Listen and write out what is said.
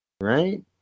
right